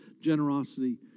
generosity